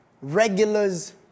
regulars